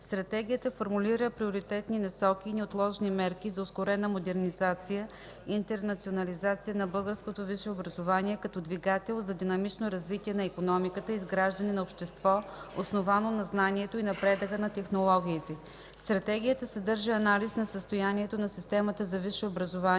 Стратегията формулира приоритетни насоки и неотложни мерки за ускорена модернизация и интернационализация на българското висше образование – като двигател за динамично развитие на икономиката и изграждане на общество, основано на знанието и напредъка на технологиите. Стратегията съдържа анализ на състоянието на системата за висше образование,